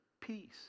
peace